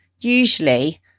usually